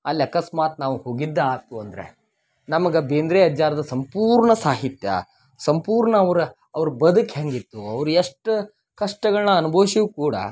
ಅಲ್ಲಿ ಅಕಸ್ಮಾತ್ ನಾವು ಹೋಗಿದ್ದ ಆತು ಅಂದರೆ ನಮಗೆ ಬೇಂದ್ರೆ ಅಜ್ಜಾರ್ದ ಸಂಪೂರ್ಣ ಸಾಹಿತ್ಯ ಸಂಪೂರ್ಣ ಅವರ ಅವ್ರ ಬದುಕು ಹೇಗಿತ್ತು ಅವ್ರ ಎಷ್ಟು ಕಷ್ಟಗಳನ್ನ ಅನ್ಭವ್ಸ್ಯೂ ಕೂಡ